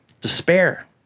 despair